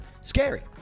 Scary